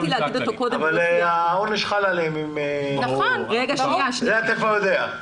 אבל העונש חל עליהם, את זה אתה כבר יודע.